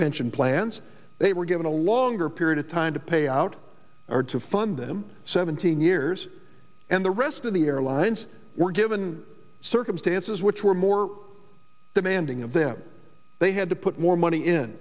pension plans they were given a longer period of time to pay out or to fund them seventeen years and the rest of the airlines were given circumstances which were more demanding of them they had to put more money in